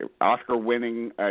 Oscar-winning